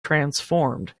transformed